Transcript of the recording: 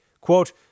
quote